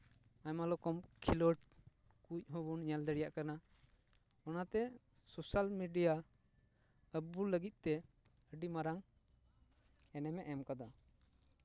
ᱟᱭᱢᱟ ᱨᱚᱠᱚᱢ ᱠᱷᱮᱞᱳᱰ ᱠᱚᱦᱚᱸᱵᱚᱱ ᱧᱮᱞ ᱫᱟᱲᱮᱭᱟᱜ ᱠᱟᱱᱟ ᱚᱱᱟᱛᱮ ᱥᱳᱥᱟᱞ ᱢᱤᱰᱤᱭᱟ ᱟᱵᱚ ᱞᱟᱹᱜᱤᱫ ᱛᱮ ᱟᱹᱰᱤ ᱢᱟᱨᱟᱝ ᱮᱱᱮᱢᱮ ᱮᱢ ᱠᱟᱫᱟ